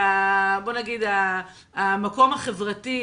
והמקום החברתי,